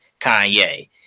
Kanye